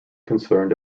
concerned